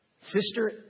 sister